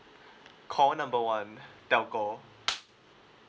call number one telco